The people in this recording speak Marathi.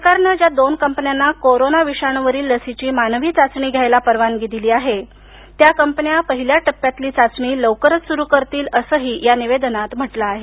सरकारनं ज्या दोन कंपन्यांना कोरोना विषाणूवरील लसीची मानवी चाचणी घ्यायला परवानगी दिली आहे त्या कंपन्या पहिल्या टप्प्यातली चाचणी लवकरच सुरू करतील असंही या निवेदनात म्हटलं आहे